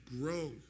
grow